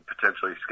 potentially